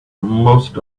most